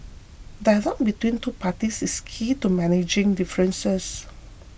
dialogue between two parties is key to managing differences